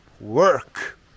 work